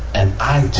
and i